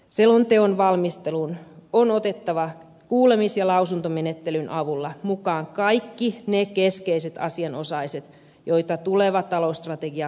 selonteon valmisteluun on otettava kuulemis ja lausuntomenettelyn avulla mukaan kaikki ne keskeiset asianosaiset joita tuleva talousstrategia koskee